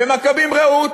ומכבים-רעות.